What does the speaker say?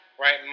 right